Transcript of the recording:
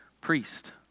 priest